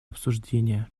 обсуждения